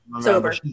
Sober